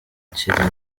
gukira